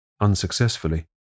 unsuccessfully